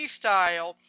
style